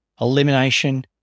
elimination